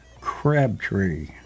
crabtree